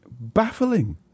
baffling